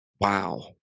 wow